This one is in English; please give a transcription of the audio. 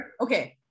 okay